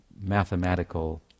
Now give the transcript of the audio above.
mathematical